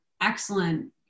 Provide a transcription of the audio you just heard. excellent